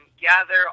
gather